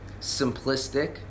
simplistic